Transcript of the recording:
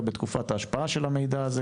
או בתקופת ההשפעה של המידע הזה.